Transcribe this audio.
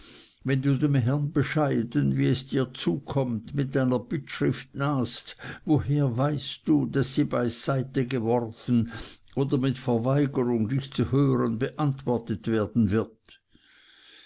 wenn du dem herrn bescheiden wie es dir zukommt mit deiner bittschrift nahst woher weißt du daß sie beiseite geworfen oder mit verweigerung dich zu hören beantwortet werden wird